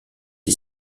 est